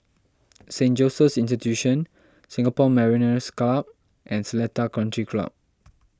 Saint Joseph's Institution Singapore Mariners' Club and Seletar Country Club